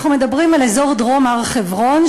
אנחנו מדברים על אזור דרום הר-חברון,